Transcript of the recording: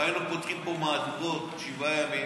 הרי היינו פותחים פה מהדורות שבעה ימים,